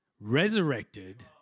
resurrected